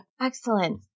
Excellent